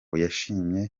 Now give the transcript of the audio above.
yashimye